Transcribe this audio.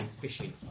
fishing